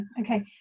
okay